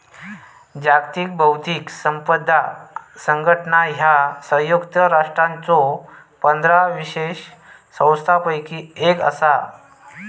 जागतिक बौद्धिक संपदा संघटना ह्या संयुक्त राष्ट्रांच्यो पंधरा विशेष संस्थांपैकी एक असा